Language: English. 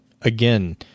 again